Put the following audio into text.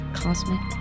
cosmic